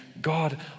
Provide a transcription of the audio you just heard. God